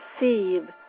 receive